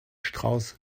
strauß